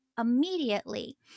immediately